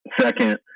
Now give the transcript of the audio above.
Second